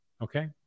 Okay